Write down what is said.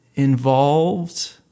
involved